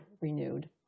renewed